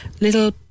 little